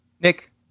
Nick